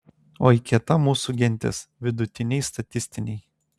oi kieta mūsų gentis vidutiniai statistiniai